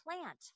plant